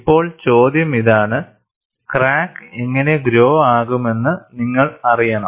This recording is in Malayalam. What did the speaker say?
ഇപ്പോൾ ചോദ്യം ഇതാണ് ക്രാക്ക് എങ്ങനെ ഗ്രോ ആകുമെന്നു നിങ്ങൾ അറിയണം